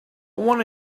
want